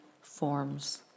forms